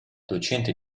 docente